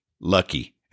Lucky